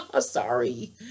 Sorry